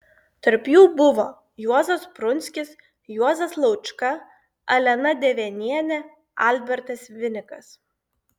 tarp jų buvo juozas prunskis juozas laučka alena devenienė albertas vinikas